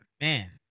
man